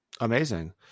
Amazing